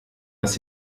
das